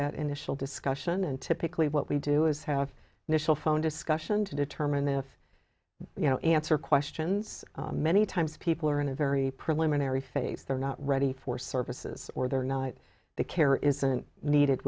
that initial discussion and typically what we do is have initial phone discussion to determine if you know answer questions many times people are in a very preliminary phase they're not ready for services or they're night the care isn't needed